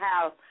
house